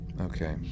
Okay